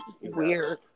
Weird